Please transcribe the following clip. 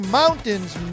mountains